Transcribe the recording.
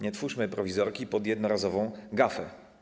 Nie twórzmy prowizorki pod jednorazową gafę.